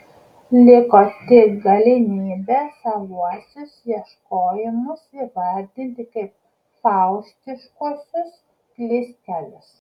liko tik galimybė savuosius ieškojimus įvardyti kaip faustiškuosius klystkelius